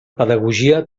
pedagogia